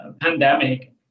pandemic